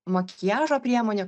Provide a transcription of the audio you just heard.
makiažo priemonių